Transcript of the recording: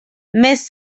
més